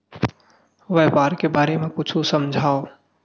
व्यापार के बारे म कुछु समझाव?